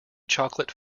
chocolate